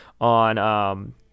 on